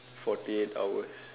forty eight hours